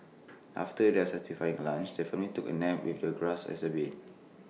after their satisfying lunch the family took A nap with the grass as their bed